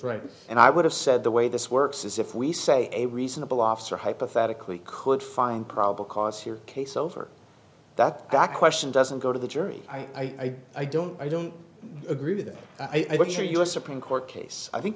right and i would have said the way this works is if we say a reasonable officer hypothetically could find probable cause your case over that that question doesn't go to the jury i i don't i don't agree with i but your u s supreme court case i think